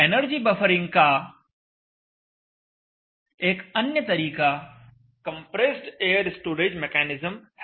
energy buffering का एक अन्य तरीका कंप्रेस्ड एयर स्टोरेज मेकैनिज्म है